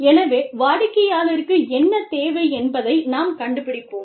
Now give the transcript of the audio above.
எனவே வாடிக்கையாளருக்கு என்ன தேவை என்பதை நாம் கண்டுபிடிப்போம்